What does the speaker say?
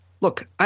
Look